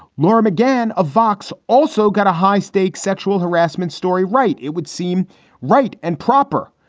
laura mcgann of vox also got a high stakes sexual harassment story, right? it would seem right and proper,